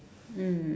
mm